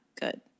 good